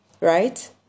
right